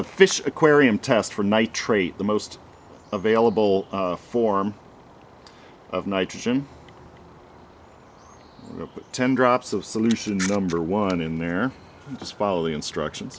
a fish aquarium test for nitrate the most available form of nitrogen ten drops of solution is number one in there just follow the instructions